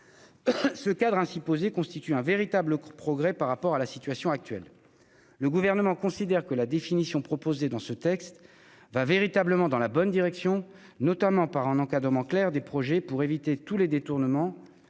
Ce cadre, ainsi posé, constitue un véritable progrès par rapport à la situation actuelle. Le Gouvernement considère que la définition proposée dans ce texte va véritablement dans la bonne direction, notamment grâce à un encadrement clair des projets permettant d'éviter tous les détournements.